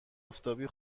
آفتابی